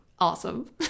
Awesome